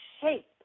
shape